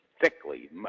thickly